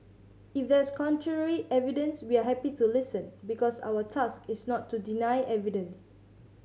if there's contrary evidence we are happy to listen because our task is not to deny evidence